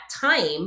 time